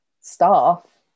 staff